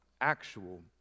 actual